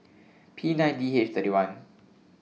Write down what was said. P nine D H thirty one